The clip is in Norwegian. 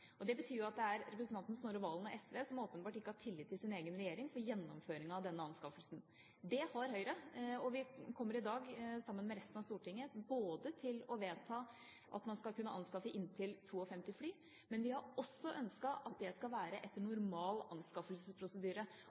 flykjøpet. Det betyr at det er representanten Snorre Serigstad Valen og SV som åpenbart ikke har tillit til sin egen regjering for gjennomføringen av denne anskaffelsen. Det kommer Høyre i dag, sammen med resten av Stortinget, til å vedta, at man skal kunne anskaffe inntil 52 fly, men vi har også ønsket at det skal være etter normal anskaffelsesprosedyre.